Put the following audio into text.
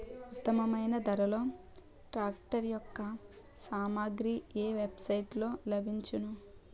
ఉత్తమమైన ధరలో ట్రాక్టర్ యెక్క సామాగ్రి ఏ వెబ్ సైట్ లో లభించును?